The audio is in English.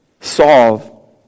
solve